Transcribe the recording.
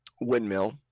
windmill